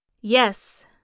Yes